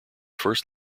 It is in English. first